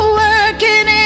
working